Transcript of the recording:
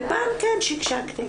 ופעם כן שקשקשתי.